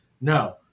No